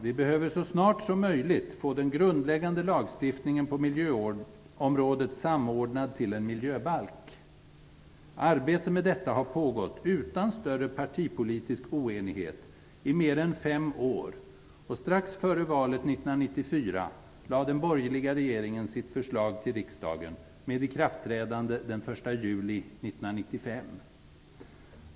Vi behöver så snart som möjligt få den grundläggande lagstiftningen på miljöområdet samordnad till en miljöbalk. Arbete med detta har pågått, utan större partipolitisk oenighet, i mer än fem år. Strax före valet 1994 lade den borgerliga regeringen fram sitt förslag till riksdagen med ikraftträdande den 1 juli 1995.